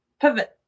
pivot